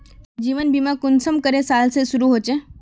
जीवन बीमा कुंसम करे साल से शुरू होचए?